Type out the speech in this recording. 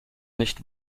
nicht